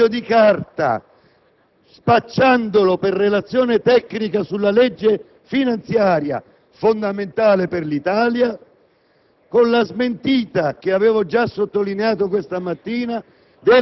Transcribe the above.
Ha trasmesso un foglio di carta, spacciandolo per relazione tecnica sulla legge finanziaria, che è fondamentale per l'Italia,